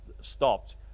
stopped